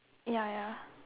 ya ya